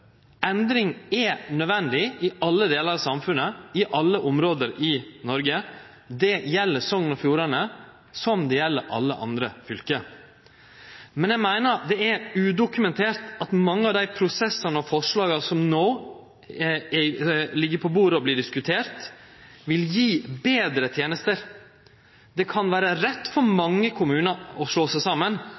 Endring er nødvendig i alle delar av samfunnet, i alle område i Noreg. Det gjeld Sogn og Fjordane, som det gjeld alle andre fylke. Men eg meiner det ikkje er dokumentert at mange av dei prosessane og forslaga som no ligg på bordet og vert diskuterte, vil gje betre tenester. Det kan vere rett for mange kommunar å slå seg saman,